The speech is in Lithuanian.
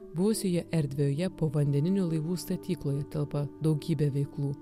buvusioje erdvioje povandeninių laivų statykloje telpa daugybė veiklų